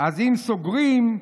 אם סוגרים,